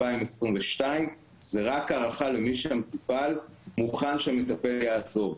זה רק הארכה למי שהמטופל מוכן שהמטפל יעזוב.